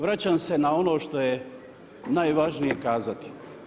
Vraćam se na ono što je najvažnije kazati.